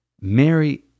Mary